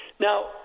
Now